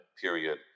period